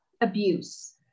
abuse